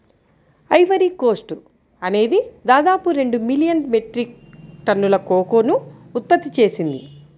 Ivory Coast అనేది దాదాపు రెండు మిలియన్ మెట్రిక్ టన్నుల కోకోను ఉత్పత్తి చేసింది